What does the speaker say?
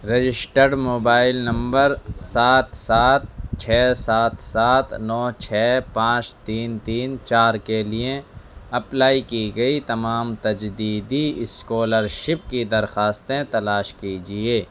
registered mobile نمبر سات سات چھ سات سات نو چھ پانچ تین تین چار کے لیے اپلائی کی گئی تمام تجدیدی اسکالرشپ کی درخواستیں تلاش کیجیے